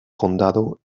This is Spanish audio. condado